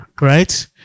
Right